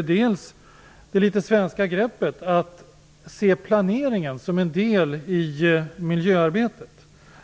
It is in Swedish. Det ena är det litet svenska greppet att se planeringen som en del i miljöarbetet,